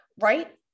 right